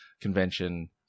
convention